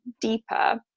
deeper